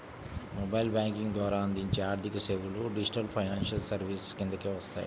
mobile banking ద్వారా అందించే ఆర్థికసేవలు డిజిటల్ ఫైనాన్షియల్ సర్వీసెస్ కిందకే వస్తాయి